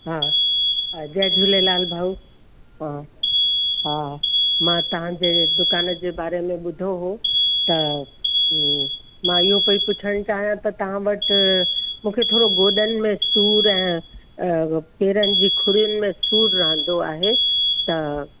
हा जय झूलेलाल भाऊ हा हा मां तव्हांजे दुकान जे बारे में ॿुधो हो त मां इहो पई पुछन चाहियां त तव्हां वटि मूंखे थोरो ॻोडनि में सूर पेरनि जी खुड़िन में सूर रहंदो आहे त